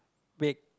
bake